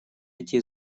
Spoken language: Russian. эти